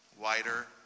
wider